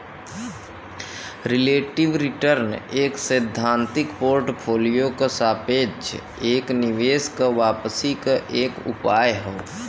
relative return एक सैद्धांतिक portfolio क सापेक्ष एक निवेश क वापसी क एक उपाय हौ